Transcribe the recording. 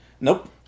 Nope